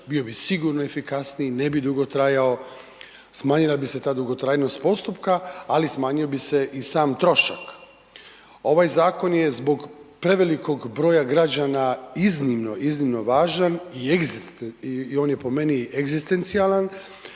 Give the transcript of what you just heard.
bio bi sigurno efikasniji, ne bi dugo trajao, smanjila bi se ta dugotrajnost postupka ali smanjio bi se i sam trošak. Ovaj zakon je zbog prevelikog broja građana iznimno, iznimno važan i on je po meni egzistencijalan